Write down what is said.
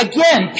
Again